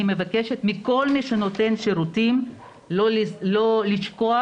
אני מבקשת מכל מי שנותן שירותים לא לשכוח